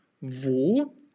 wo